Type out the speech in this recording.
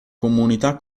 comunità